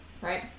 Right